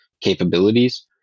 capabilities